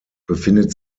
befindet